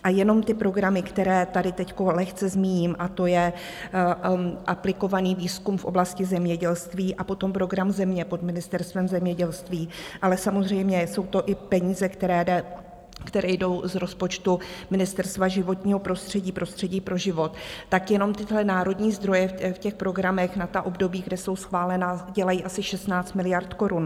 A jenom ty programy, které tady teď lehce zmíním, a to je aplikovaný výzkum v oblasti zemědělství a potom program Země pod Ministerstvem zemědělství, ale samozřejmě jsou to i peníze, které jdou z rozpočtu Ministerstva životního prostředí Prostředí pro život, tak jenom tyhle národní zdroje v těch programech na období, kde jsou schválená, dělají asi 16 miliard korun.